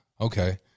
Okay